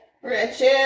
Richard